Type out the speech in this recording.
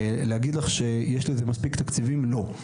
להגיד לך שיש לזה מספיק תקציבים, לא.